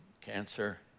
cancer